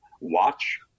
watch